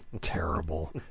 terrible